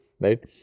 Right